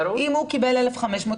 אם הוא קיבל 1,500,